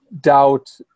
doubt